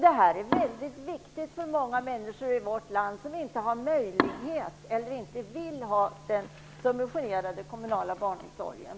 Det är mycket viktigt för många människor i vårt land som inte har möjlighet att utnyttja eller inte vill ha den subventionerade kommunala barnomsorgen.